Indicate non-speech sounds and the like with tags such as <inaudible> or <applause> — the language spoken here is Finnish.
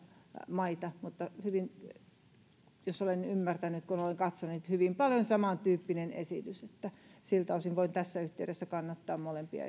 maita mutta jos olen ymmärtänyt kun olen katsonut on hyvin paljon samantyyppinen esitys että siltä osin voin tässä yhteydessä kannattaa molempia <unintelligible>